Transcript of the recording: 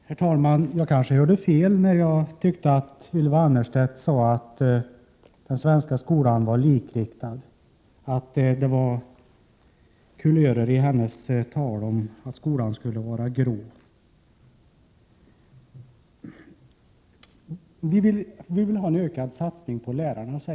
Herr talman! Jag kanske hörde fel när jag tyckte att Ylva Annerstedt sade att den svenska skolan var likriktad och grå. Ylva Annerstedt säger att man vill ha en ökad satsning på lärarna.